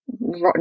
rotten